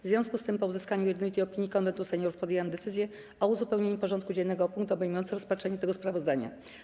W związku z tym, po uzyskaniu jednolitej opinii Konwentu Seniorów, podjęłam decyzję o uzupełnieniu porządku dziennego o punkt obejmujący rozpatrzenie tego sprawozdania.